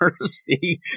mercy